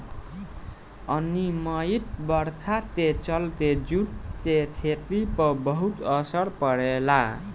अनिमयित बरखा के चलते जूट के खेती पर बहुत असर पड़ेला